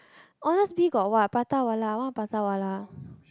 honest bee got what Prata-Wala I want Prata-Wala